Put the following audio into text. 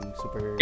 super